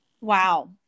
Wow